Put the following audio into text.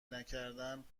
نکردند